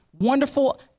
wonderful